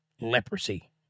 leprosy